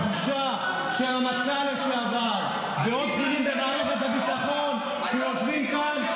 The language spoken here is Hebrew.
והבושה שהרמטכ"ל לשעבר ועוד בכירים במערכת הביטחון שיושבים כאן,